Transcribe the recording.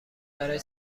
برای